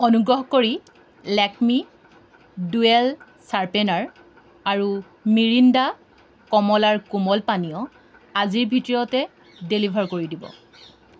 অনুগ্ৰহ কৰি Lakme dual sharpener আৰু মিৰিণ্ডা কমলাৰ কোমল পানীয় আজিৰ ভিতৰতে ডেলিভাৰ কৰি দিব